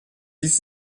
ließ